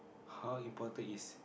how important is